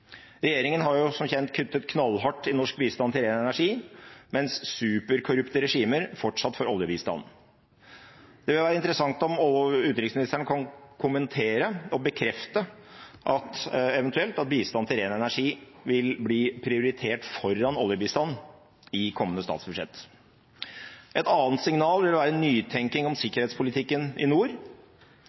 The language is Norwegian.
Regjeringen har som kjent kuttet knallhardt i norsk bistand til ren energi, mens superkorrupte regimer fortsatt får oljebistand. Det er interessant om utenriksministeren kan kommentere og bekrefte, eventuelt, at bistand til ren energi vil bli prioritert foran oljebistand i kommende statsbudsjett. Et annet signal ville være nytenking om sikkerhetspolitikken i nord.